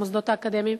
המוסדות האקדמיים.